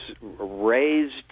raised